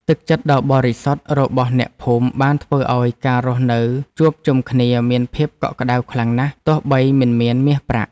ទឹកចិត្តដ៏បរិសុទ្ធរបស់អ្នកភូមិបានធ្វើឱ្យការរស់នៅជួបជុំគ្នាមានភាពកក់ក្ដៅខ្លាំងណាស់ទោះបីមិនមានមាសប្រាក់។